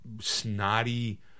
snotty